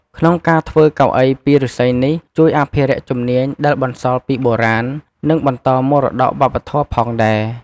ក្នុងការធ្វើកៅអីពីឫស្សីនេះ ជួយអភិរក្សជំនាញដែលបន្សល់ពីបុរាណ និងបន្តមរតកវប្បធម៌ផងដែរ។